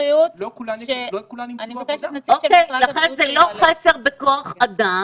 כולם --- זה לא חסר בכוח אדם,